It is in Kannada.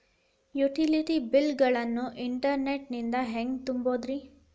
ಯುಟಿಲಿಟಿ ಬಿಲ್ ಗಳನ್ನ ಇಂಟರ್ನೆಟ್ ನಿಂದ ಹೆಂಗ್ ತುಂಬೋದುರಿ?